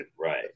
Right